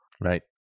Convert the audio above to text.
Right